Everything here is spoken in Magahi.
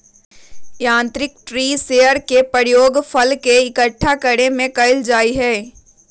यांत्रिक ट्री शेकर के प्रयोग फल के इक्कठा करे में कइल जाहई